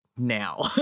Now